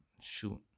shoot